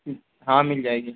हाँ मिल जाएगी